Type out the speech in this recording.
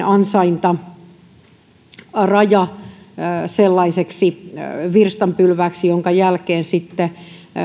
ansaintaraja sellaiseksi virstanpylvääksi jonka jälkeen sitten